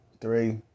three